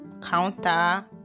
counter-